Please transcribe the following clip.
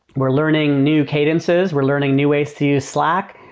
we're learning new cadences. we're learning new ways to use slack.